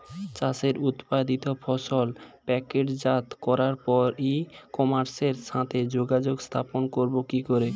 চাষের উৎপাদিত ফসল প্যাকেটজাত করার পরে ই কমার্সের সাথে যোগাযোগ স্থাপন করব কি করে?